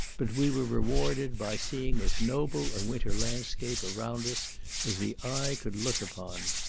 but we were rewarded by seeing as noble a winter landscape around us as the eye could look upon.